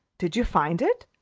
did you find it?